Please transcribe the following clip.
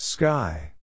Sky